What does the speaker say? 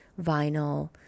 vinyl